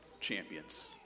champions